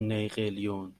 نیقلیون